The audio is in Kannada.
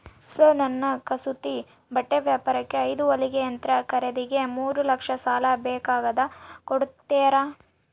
ಸರ್ ನನ್ನ ಕಸೂತಿ ಬಟ್ಟೆ ವ್ಯಾಪಾರಕ್ಕೆ ಐದು ಹೊಲಿಗೆ ಯಂತ್ರ ಖರೇದಿಗೆ ಮೂರು ಲಕ್ಷ ಸಾಲ ಬೇಕಾಗ್ಯದ ಕೊಡುತ್ತೇರಾ?